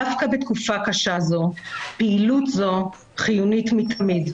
דווקא בתקופה קשה זו פעילות זו חיונית מתמיד'.